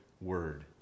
word